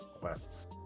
quests